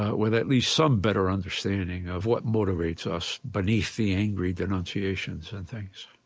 with at least some better understanding of what motivates us beneath the angry denunciations and things?